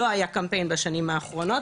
לא היה קמפיין בשנים האחרונות,